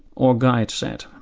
our guide said,